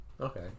Okay